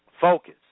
focus